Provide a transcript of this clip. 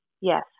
Yes